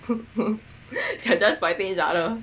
they are just fighting each other